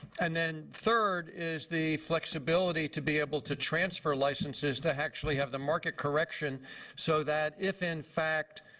and then third is the flexibility to be able to transfer licenses to actually have the market correction so that if, in fact,